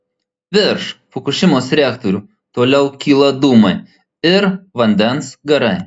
virš fukušimos reaktorių toliau kyla dūmai ir vandens garai